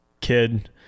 kid